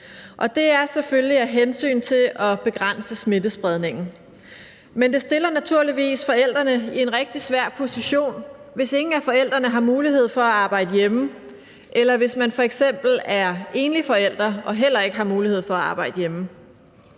det er selvfølgelig af hensyn til at begrænse smittespredningen. Men det stiller naturligvis forældrene i en rigtig svær situation, hvis ingen af forældrene har mulighed for at arbejde hjemme, eller hvis man f.eks. er enlig forælder og heller ikke har mulighed for at arbejde hjemme.